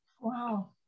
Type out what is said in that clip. Wow